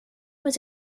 was